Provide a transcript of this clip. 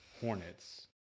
Hornets